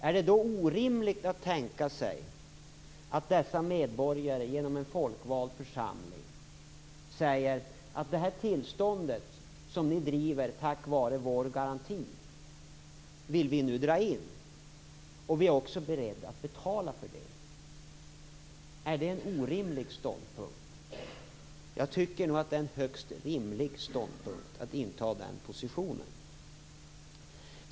Är det då orimligt att tänka sig att dessa medborgare genom en folkvald församling säger att man vill dra in det tillstånd utifrån vilket kärnkraftverk kan drivas tack vare medborgarnas garanti och att man också är beredd att betala för det? Är det en orimlig ståndpunkt? Jag tycker nog att det är högst rimligt att inta den positionen.